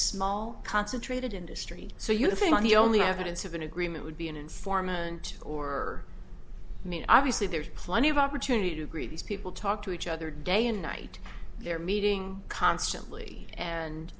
small concentrated industry so you think the only evidence of an agreement would be an informant or i mean obviously there's plenty of opportunity to agree these people talk to each other day and night they're meeting constantly and